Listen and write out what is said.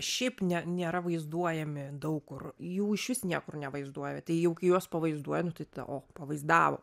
šiaip ne nėra vaizduojami daug kur jų išvis niekur nevaizduoja tai jau kai juos pavaizduoja nu tai tada ok pavaizdavo